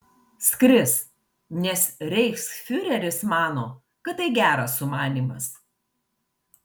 skris nes reichsfiureris mano kad tai geras sumanymas